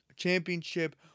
Championship